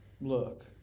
Look